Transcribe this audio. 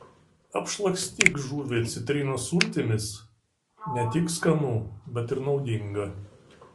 apšlakstyk žuvį citrinos sultimis ne tik skanu bet ir naudinga